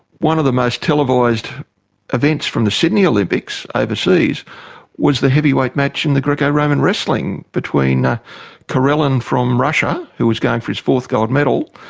one of the most televised events from the sydney olympics overseas was the heavyweight match in the greco-roman wrestling between karelin from russia, who was going for his fourth gold medal,